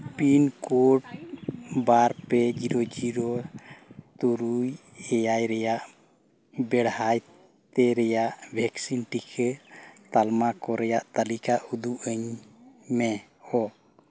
pin code ᱵᱟᱨ ᱯᱮ zero zero ᱛᱩᱨᱩᱭ ᱮᱭᱟᱭ ᱨᱮᱭᱟᱜ ᱵᱮᱲᱦᱟᱭᱛᱮ ᱨᱮᱭᱟᱜ ᱵᱷᱮᱠᱥᱤᱱ ᱴᱤᱠᱟᱹ ᱛᱟᱞᱢᱟ ᱠᱚ ᱨᱮᱭᱟᱜ ᱛᱟᱹᱞᱤᱠᱟ ᱩᱫᱩᱜ ᱟᱹᱧ ᱢᱮ ᱦᱳ